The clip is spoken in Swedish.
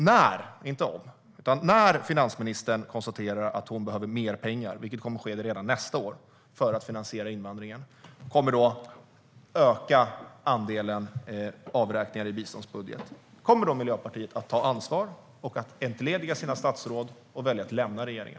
När, inte om, finansministern konstaterar att hon behöver mer pengar för att finansiera invandringen, vilket kommer att ske redan nästa år och därmed öka andelen avräkningar i biståndsbudgeten - kommer då Miljöpartiet att ta ansvar och att entlediga sina statsråd och att lämna regeringen?